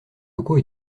locaux